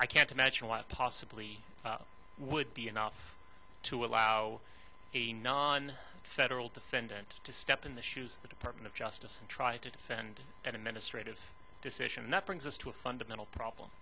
i can't imagine what possibly would be enough to allow a non federal defendant to step in the shoes the department of justice and try to defend an administrative decision and that brings us to a fundamental problem